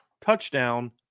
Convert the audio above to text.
touchdown